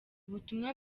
ubutumwa